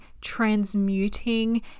transmuting